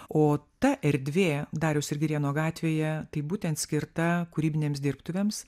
o ta erdvė dariaus ir girėno gatvėje tai būtent skirta kūrybinėms dirbtuvėms